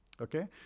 Okay